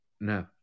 No